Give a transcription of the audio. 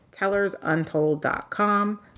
tellersuntold.com